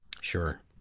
Sure